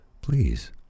please